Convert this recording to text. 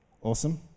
awesome